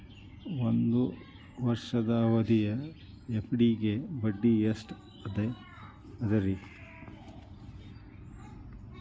ಒಂದ್ ವರ್ಷದ ಅವಧಿಯ ಎಫ್.ಡಿ ಗೆ ಬಡ್ಡಿ ಎಷ್ಟ ಅದ ರೇ?